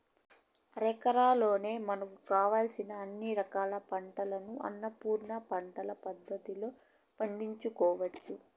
అరెకరంలోనే మనకు కావలసిన అన్ని రకాల పంటలను అన్నపూర్ణ పంటల పద్ధతిలో పండించుకోవచ్చు